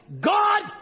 God